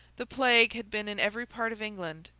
the plague had been in every part of england,